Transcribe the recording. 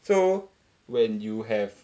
so when you have